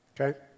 Okay